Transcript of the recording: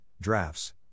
Drafts